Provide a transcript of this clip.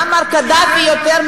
ואתה דואג למועמר קדאפי יותר,